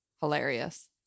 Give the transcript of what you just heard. Hilarious